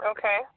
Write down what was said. Okay